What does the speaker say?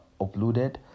uploaded